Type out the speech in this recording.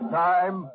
time